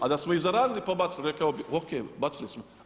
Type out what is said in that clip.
A da smo ih zaradili, pa bacili, rekao bih OK bacili smo.